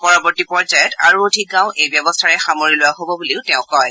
পৰবৰ্তী পৰ্যায়ত আৰু অধিক গাঁও এই ব্যৱস্থাৰে সামৰি লোৱা হ'ব বুলিও তেওঁ কয়